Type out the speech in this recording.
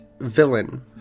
villain